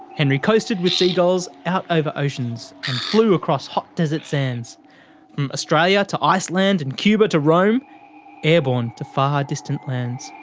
henry coasted with seagulls, out over oceans and flew across hot desert sands. from australia to iceland and cuba to rome airborne to far distant lands.